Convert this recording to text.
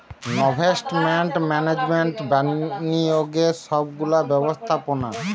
investment management বিনিয়োগের সব গুলা ব্যবস্থাপোনা